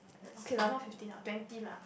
okay lah not fifteen lah twenty lah